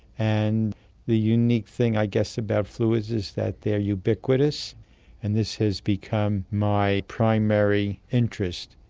and the unique thing i guess about fluids is that they're ubiquitous and this has become my primary interest.